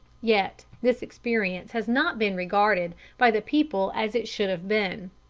yet this experience has not been regarded by the people as it should have been.